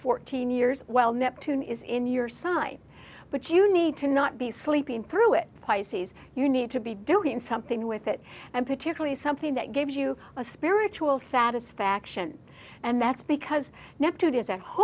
fourteen years while neptune is in your side but you need to not be sleeping through it pisces you need to be doing something with it and particularly something that gave you a spiritual satisfaction and that's because